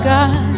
God